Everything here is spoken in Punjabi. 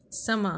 ਸਮਾਂ